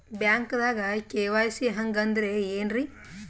ಬ್ಯಾಂಕ್ದಾಗ ಕೆ.ವೈ.ಸಿ ಹಂಗ್ ಅಂದ್ರೆ ಏನ್ರೀ?